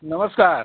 नमस्कार